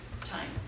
time